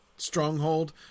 Stronghold